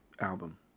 album